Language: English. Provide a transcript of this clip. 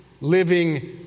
living